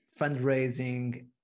fundraising